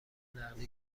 نقدی